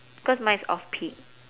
cause mine is off-peak